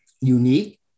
unique